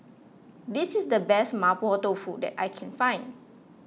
this is the best Mapo Tofu that I can find